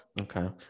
Okay